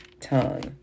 tongue